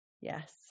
Yes